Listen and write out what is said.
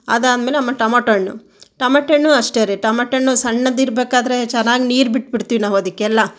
ಅದಾದಮೇಲೆ ಆಮೇಲೆ ಟಮೋಟ ಹಣ್ಣು ಟಮಾಟೆ ಹಣ್ಣು ಅಷ್ಟೇ ರೀ ಟಮಾಟೆ ಹಣ್ಣು ಸಣ್ಣದಿರಬೇಕಾದ್ರೆ ಚೆನ್ನಾಗ್ ನೀರು ಬಿಟ್ಬಿಡ್ತೀವಿ ನಾವು ಅದಕ್ಕೆಲ್ಲ